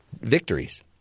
victories